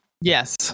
Yes